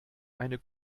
eine